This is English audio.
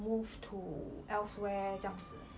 move to elsewhere 这样子